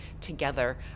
together